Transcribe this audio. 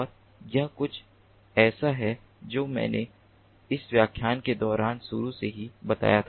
और यह कुछ ऐसा है जो मैंने इस व्याख्यान के दौरान शुरू से ही बताया था